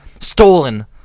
stolen